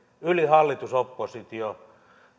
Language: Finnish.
yli hallitus oppositio